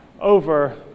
over